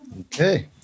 Okay